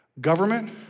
Government